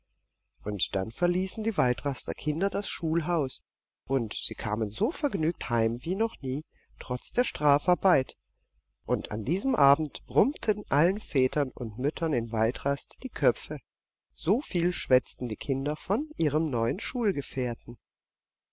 und dann verließen die waldraster kinder das schulhaus und sie kamen so vergnügt heim wie noch nie trotz der strafarbeit und an diesem abend brummten allen vätern und müttern in waldrast die köpfe so viel schwätzten die kinder von ihrem neuen